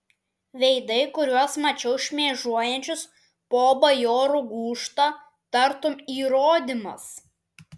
veidai kuriuos mačiau šmėžuojančius po bajorų gūžtą tartum įrodymas